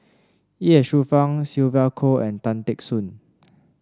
Ye Shufang Sylvia Kho and Tan Teck Soon